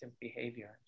behaviors